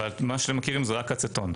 אבל מה שמכירים זה רק אצטון.